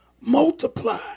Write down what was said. multiply